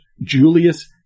Julius